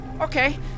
Okay